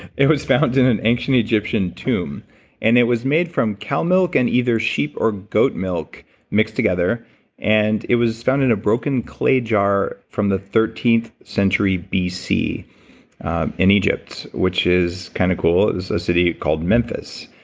it was found in an ancient egyptian tomb and it was made from cow milk and either sheep or goat milk mixed together and it was found in a broken clay jar from the thirteenth century bc in egypt, which is kind of cool in a city called memphis.